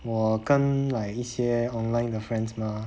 我跟 like 一些 online 的 friends mah